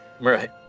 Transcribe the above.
Right